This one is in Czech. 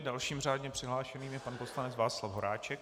Dalším řádně přihlášeným je pan poslanec Václav Horáček.